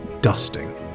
dusting